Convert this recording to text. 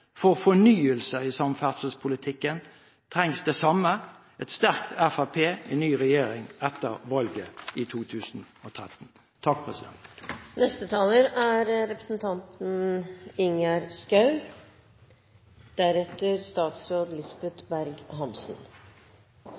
For fornyelse i samferdselspolitikken trengs det samme: et sterkt fremskrittsparti i en ny regjering etter valget i 2013. Høyre ser en sektor som er